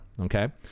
okay